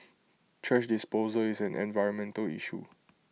thrash disposal is an environmental issue